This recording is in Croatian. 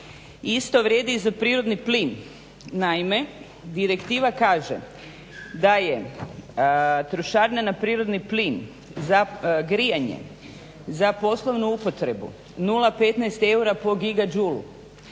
Isto vrijedi i za prirodni plin. Naime, direktiva kaže da je trošarina na prirodni plin za grijanje, za poslovnu upotrebu 0,15 eura po giga džul